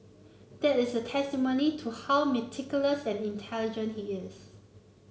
that is a testimony to how meticulous and intelligent he is